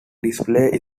display